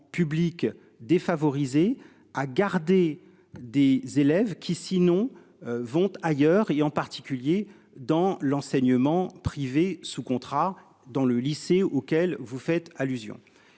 publics défavorisés a gardé des élèves qui sinon. Vont ailleurs, et en particulier dans l'enseignement privé sous contrat dans le lycée auquel vous faites allusion.